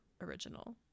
original